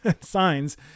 signs